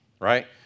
right